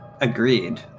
agreed